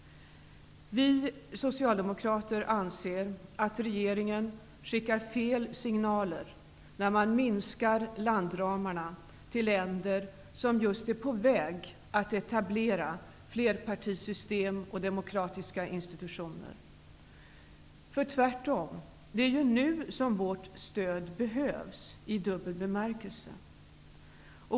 Vi socialdemokrater anser att regeringen skickar fel signaler, när den minskar landramarna till länder som just är på väg att etablera flerpartisystem och demokratiska institutioner. Tvärtom är det nu som vårt stöd behövs -- i dubbel bemärkelse.